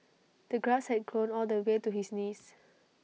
the grass had grown all the way to his knees